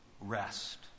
rest